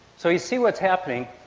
so you see what is happening.